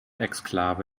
exklave